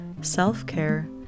self-care